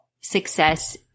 success